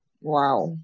Wow